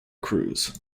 cruz